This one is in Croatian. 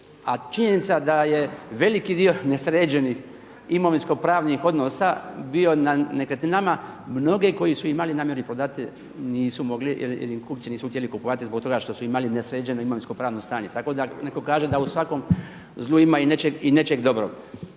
A činjenica da je veliki dio nesređenih imovinsko-pravnih odnosa bio na nekretninama. Mnoge koje su imali namjeru prodati nisu mogli jer im kupci nisu htjeli kupovati zbog toga što su imali nesređeno imovinsko-pravno stanje. Tako da netko kaže da u svakom zlu ima i nečeg dobrog.